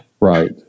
Right